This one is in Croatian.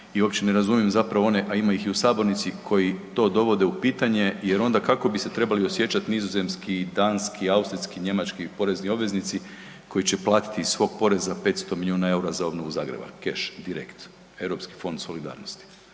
i uopće ne razumijem zapravo one, a ima ih i u sabornici, koji to dovode u pitanje jer onda kako bi se trebali osjećati nizozemski, danski, austrijski, njemački porezni obveznici koji će platiti iz svog poreza 500 miliona EUR-a za obnovu Zagreba, keš direkt, Europski fond solidarnosti.